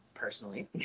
personally